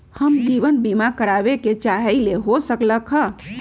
हम जीवन बीमा कारवाबे के चाहईले, हो सकलक ह?